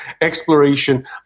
exploration